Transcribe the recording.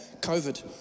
COVID